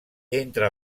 entre